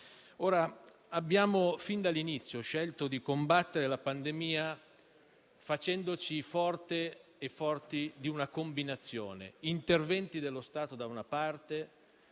ricordato. Fin dall'inizio abbiamo scelto di combattere la pandemia facendoci forti di una combinazione: interventi dello Stato, da una parte,